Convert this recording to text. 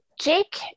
Jake